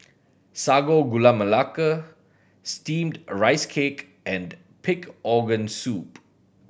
Sago Gula Melaka steamed a rice cake and pig organ soup